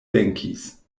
venkis